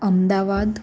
Ahmedabad